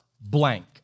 blank